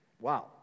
Wow